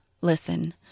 Listen